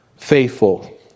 Faithful